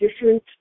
different